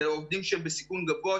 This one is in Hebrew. אלה עובדים שהם בסיכון גבוה,